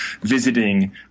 visiting